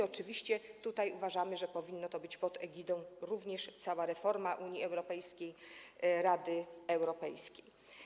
Oczywiście uważamy, że powinno to być pod egidą - również cała reforma Unii Europejskiej - Rady Europejskiej.